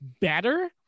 better